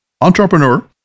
entrepreneur